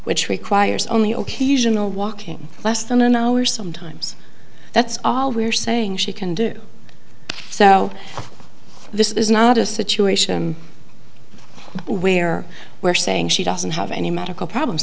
which requires only ok janelle walking less than an hour sometimes that's all we're saying she can do so this is not a situation where we're saying she doesn't have any medical problems